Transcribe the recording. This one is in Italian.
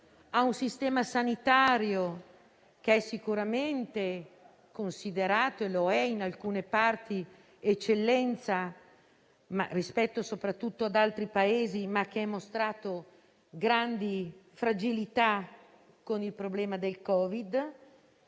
ha un sistema sanitario sicuramente considerato - e lo è in alcune parti - un'eccellenza, rispetto soprattutto ad altri Paesi, ma che ha mostrato grandi fragilità con il problema del Covid-19;